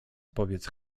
powiedz